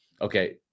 Okay